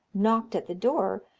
knocked at the door,